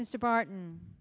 mr barton